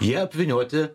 jie apvynioti